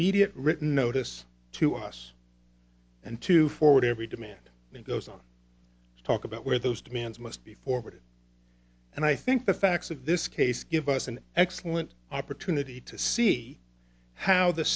media written notice to us and to forward every demand it goes on to talk about where those demands must be forwarded and i think the facts of this case give us an excellent opportunity to see how the